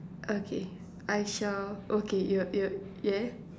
okay I shall okay y~ you'll yeah